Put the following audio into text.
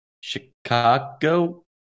Chicago